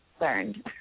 learned